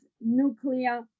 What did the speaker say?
nuclear